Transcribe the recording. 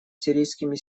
сирийскими